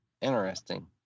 Interesting